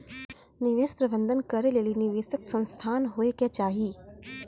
निवेश प्रबंधन करै लेली निवेशक संस्थान होय के चाहि